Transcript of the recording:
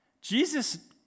Jesus